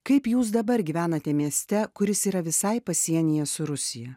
kaip jūs dabar gyvenate mieste kuris yra visai pasienyje su rusija